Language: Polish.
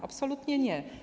Absolutnie nie.